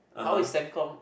how is Sem Corp